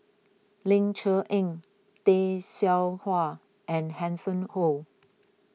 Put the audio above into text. Ling Cher Eng Tay Seow Huah and Hanson Ho